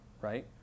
right